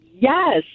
Yes